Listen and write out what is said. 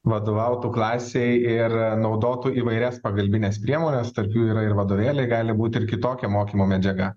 vadovautų klasei ir naudotų įvairias pagalbines priemones tarp jų yra ir vadovėliai gali būti ir kitokia mokymo medžiaga